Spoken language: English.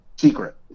secret